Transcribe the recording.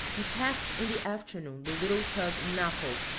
we passed in the afternoon the little tug napo,